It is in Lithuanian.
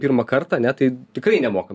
pirmą kart ane tai tikrai nemokam